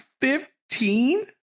fifteen